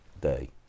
day